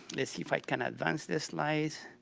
let's see if i can advance this slide.